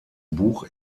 buch